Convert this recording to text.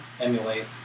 emulate